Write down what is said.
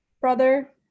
brother